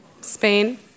Spain